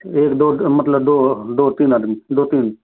एक दो मतलब दो तीन आदमी दो तीन